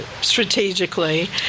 strategically